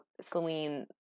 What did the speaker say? Celine